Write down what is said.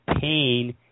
pain